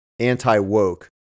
anti-woke